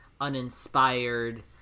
uninspired